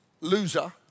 loser